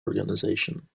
organization